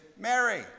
Mary